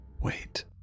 Wait